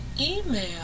email